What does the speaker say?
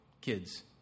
kids